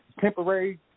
Temporary